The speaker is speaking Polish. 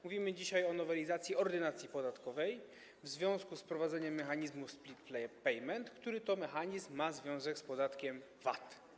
Mówimy dzisiaj o nowelizacji Ordynacji podatkowej w związku z wprowadzeniem mechanizmu split payment, który to mechanizm ma związek z podatkiem VAT.